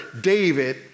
David